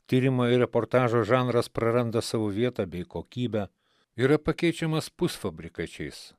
tyrimo ir reportažo žanras praranda savo vietą bei kokybę yra pakeičiamas pusfabrikačiais